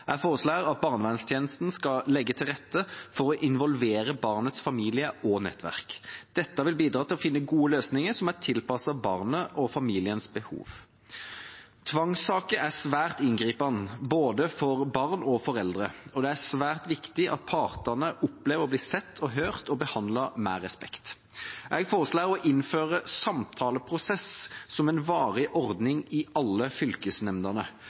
Jeg foreslår at barnevernstjenesten skal legge til rette for å involvere barnets familie og nettverk. Dette vil bidra til å finne gode løsninger som er tilpasset barnet og familiens behov. Tvangssaker er svært inngripende, både for barn og foreldre, og det er svært viktig at partene opplever å bli sett og hørt og behandlet med respekt. Jeg foreslår å innføre samtaleprosess som en varig ordning i alle fylkesnemndene.